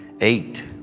Eight